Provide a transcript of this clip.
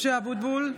(קוראת בשמות חברי הכנסת) משה אבוטבול,